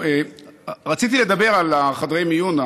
רציתי לדבר על חדרי המיון,